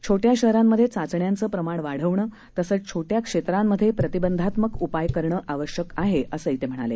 छोट्या शहरांमध्ये चाचण्याचं प्रमाण वाढवणं तसंच छोट्या क्षेत्रांमध्ये प्रतिबंधात्मक उपाय करणं आवश्यक आहे असंही ते म्हणाले